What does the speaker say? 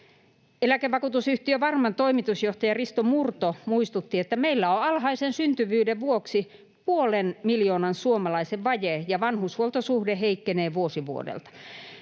Eläkevakuutusyhtiö Varman toimitusjohtaja Risto Murto muistutti, että meillä on alhaisen syntyvyyden vuoksi puolen miljoonan suomalaisen vaje ja vanhushuoltosuhde heikkenee vuosi vuodelta.